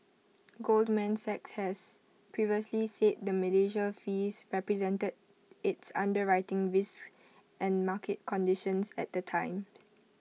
Goldman Sachs has previously said the Malaysia fees represented its underwriting risks and market conditions at the time